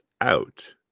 out